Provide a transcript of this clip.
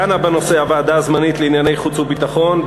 דנה בנושא הוועדה הזמנית לענייני חוץ וביטחון,